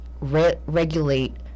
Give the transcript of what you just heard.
regulate